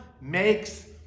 makes